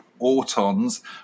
Autons